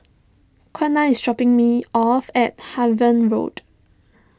Qiana is dropping me off at Harvey Road